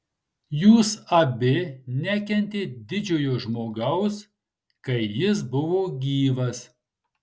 jūs abi nekentėt didžiojo žmogaus kai jis buvo gyvas